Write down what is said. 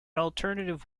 alternative